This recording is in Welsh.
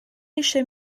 eisiau